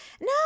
No